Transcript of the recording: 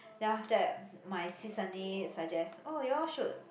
then after that my sis suddenly suggest oh you all should